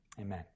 Amen